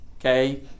Okay